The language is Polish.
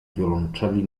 wiolonczeli